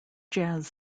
jazz